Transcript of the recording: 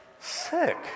Sick